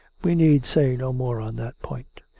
we need say no more on that point.